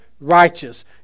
righteous